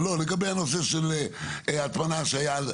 לגבי הנושא של ההטמנה שהיה,